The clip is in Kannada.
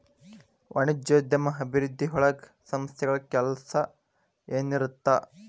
ವಾಣಿಜ್ಯೋದ್ಯಮ ಅಭಿವೃದ್ಧಿಯೊಳಗ ಸಂಸ್ಥೆಗಳ ಕೆಲ್ಸ ಏನಿರತ್ತ